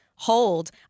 hold